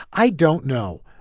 i don't know.